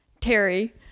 Terry